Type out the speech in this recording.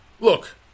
look